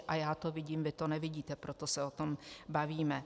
A já to vidím, vy to nevidíte, proto se o tom bavíme.